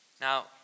Now